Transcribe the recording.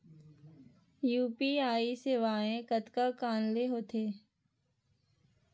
UPI सेवाएं कतका कान ले हो थे?